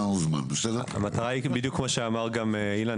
כמו שאמר אילן,